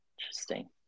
Interesting